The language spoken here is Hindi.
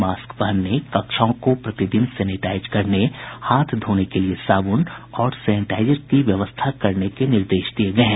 मास्क पहनने कक्षाओं को प्रतिदिन सेनेटाईज करने हाथ धोने के लिये साबुन और सेनेटाइजर की व्यवस्था करने के निर्देश दिये गये हैं